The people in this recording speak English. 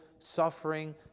suffering